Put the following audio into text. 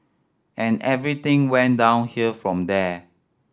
and everything went downhill from there